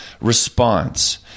response